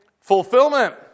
Fulfillment